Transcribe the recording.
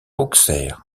auxerre